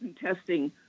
testing